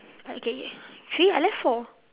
okay three I left four